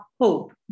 hope